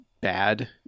bad